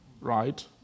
right